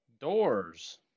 Doors